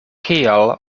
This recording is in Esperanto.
kial